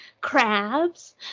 Crabs